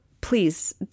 please